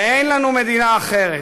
ואין לנו מדינה אחרת.